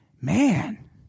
Man